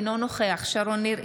אינו נוכח שרון ניר,